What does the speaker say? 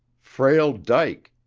frail dyke!